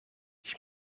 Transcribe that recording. ich